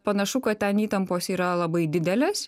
panašu kad ten įtampos yra labai didelės